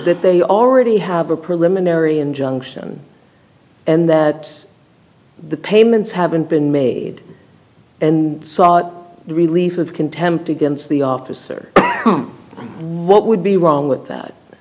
that they already have a preliminary injunction and that the payments haven't been made and sought relief of contempt against the officer what would be wrong with that